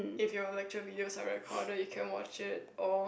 if your lecture videos are record you can watch it or